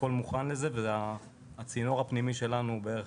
הכל מוכן לזה והצינור הפנימי שלנו בערך